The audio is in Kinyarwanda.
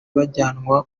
bajyanwa